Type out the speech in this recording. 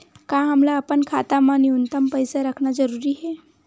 का हमला अपन खाता मा न्यूनतम पईसा रखना जरूरी हे?